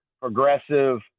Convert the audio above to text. progressive